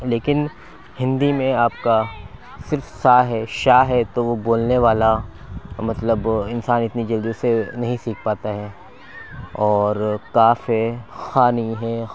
لیکن ہندی میں آپ کا صرف سا ہے شا ہے تو وہ بولنے والا مطلب انسان اتنی جلدی سے نہیں سیکھ پاتا ہے اور قاف ہے خا نہیں ہے